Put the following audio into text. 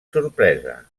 sorpresa